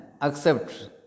accept